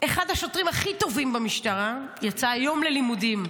אחד השוטרים הכי טובים במשטרה יצא היום ללימודים.